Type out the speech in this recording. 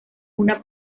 una